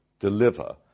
deliver